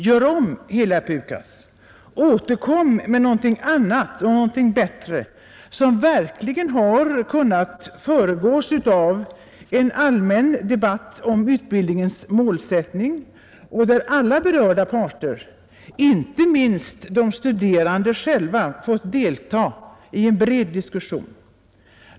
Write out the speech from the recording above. Gör om hela PUKAS! Återkom med någonting annat och någonting bättre, som verkligen har kunnat föregås av en allmän debatt om utbildningens målsättning, där alla berörda parter och inte minst de studerande själva fått delta i en bred diskussion.